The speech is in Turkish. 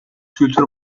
kültür